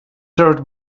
served